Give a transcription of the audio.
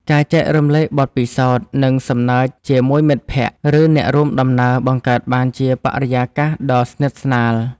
ការចែករំលែកបទពិសោធន៍ និងសំណើចជាមួយមិត្តភក្តិ ឬអ្នករួមដំណើរបង្កើតបានជាបរិយាកាសដ៏ស្និទ្ធស្នាល។